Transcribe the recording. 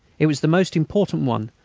it was the most important one,